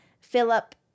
Philip